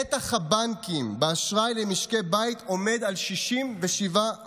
נתח הבנקים באשראי למשקי בית עומד על 67%,